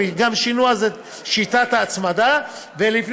הם גם שינו אז את שיטת ההצמדה ולפני